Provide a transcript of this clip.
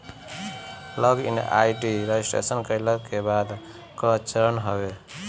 log in ID registration कईला के बाद कअ चरण हवे